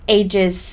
ages